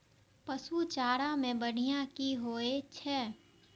पशु चारा मैं बढ़िया की होय छै?